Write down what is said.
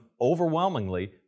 overwhelmingly